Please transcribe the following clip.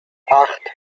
acht